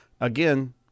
again